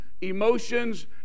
emotions